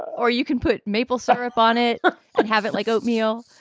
or you can put maple syrup on it and have it like oatmeal.